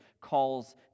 calls